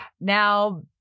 Now